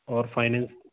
और फाइनैंस